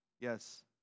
Yes